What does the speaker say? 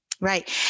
right